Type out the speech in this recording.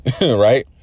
right